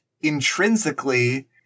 intrinsically